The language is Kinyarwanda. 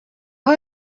aho